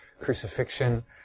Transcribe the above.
crucifixion